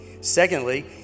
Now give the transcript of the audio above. Secondly